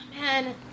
Man